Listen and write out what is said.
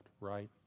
right